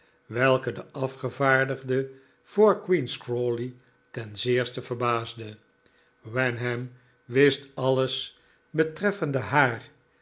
welke den afgevaardigde voor queen's crawley ten zeerste verbaasde wenham wist alles betreffende haar